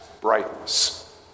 brightness